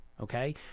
okay